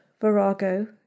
Virago